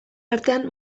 artean